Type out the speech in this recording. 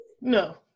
No